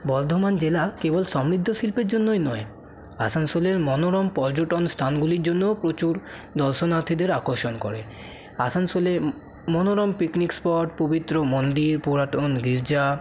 বর্ধমান জেলা কেবল সমৃদ্ধ শিল্পের জন্যই নয় আসানসোলের মনোরম পর্যটন স্থানগুলির জন্যও প্রচুর দর্শনার্থীদের আকর্ষণ করে আসানসোলে মনোরম পিকনিক স্পট পবিত্র মন্দির পুরাতন গির্জা